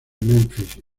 memphis